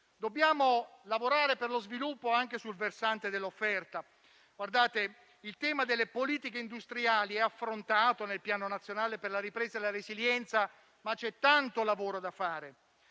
Dobbiamo lavorare per lo sviluppo anche sul versante dell'offerta. Il tema delle politiche industriali è affrontato nel Piano nazionale per la ripresa e la resilienza, ma c'è tanto lavoro da fare.